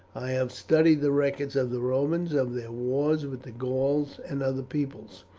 i have studied the records of the romans, of their wars with the gauls and other peoples,